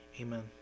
Amen